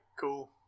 cool